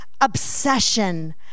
obsession